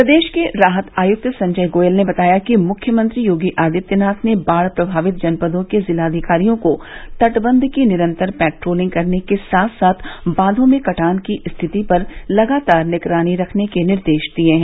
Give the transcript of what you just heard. प्रदेश के राहत आयुक्त संजय गोयल ने बताया कि मुख्यमंत्री योगी आदित्यनाथ ने बाढ़ प्रभावित जनपदों के जिलाधिकारियों को तटबंध की निरन्तर पेट्रोलिंग करने के साथ साथ बांधों में कटान की स्थिति पर लगातार निगरानी रखने के निर्देश दिये हैं